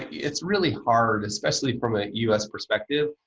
it's really hard, especially from a us perspective.